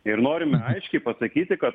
ir norime aiškiai pasakyti kad